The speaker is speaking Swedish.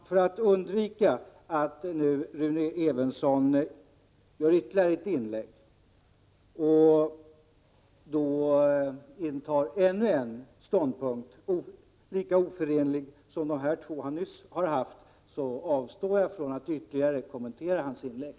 För att undvika att Rune Evensson gör ytterligare ett inlägg och då intar ännu en ståndpunkt, lika oförenlig som de två han nyss gett uttryck för, avstår jag från att ytterligare kommentera hans inlägg.